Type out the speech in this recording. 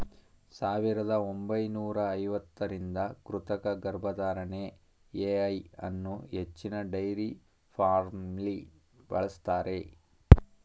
ಸಾವಿರದ ಒಂಬೈನೂರ ಐವತ್ತರಿಂದ ಕೃತಕ ಗರ್ಭಧಾರಣೆ ಎ.ಐ ಅನ್ನೂ ಹೆಚ್ಚಿನ ಡೈರಿ ಫಾರ್ಮ್ಲಿ ಬಳಸ್ತಾರೆ